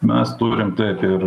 mes turim taip ir